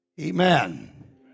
Amen